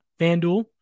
FanDuel